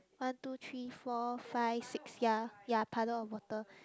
one two three four five six ya ya puddle of water